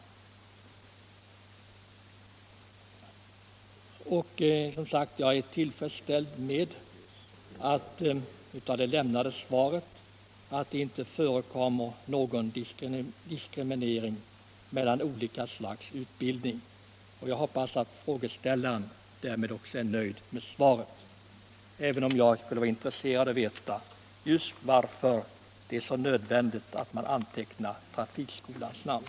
Jag är som sagt tillfredsställd med att av det lämnade svaret framgår att det inte förekommer någon diskriminering mellan olika slags utbildning. Jag hoppas att frågeställaren därmed också är nöjd med svaret — även om jag skulle vara intresserad av att veta varför det just är så nödvändigt att man antecknar trafikskolans namn.